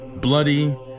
bloody